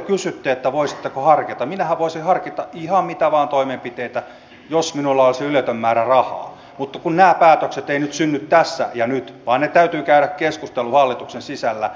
kun te kysytte että voisitteko harkita minähän voisin harkita ihan mitä vain toimenpiteitä jos minulla olisi yletön määrä rahaa mutta kun nämä päätökset eivät synny tässä ja nyt vaan täytyy käydä keskustelu hallituksen sisällä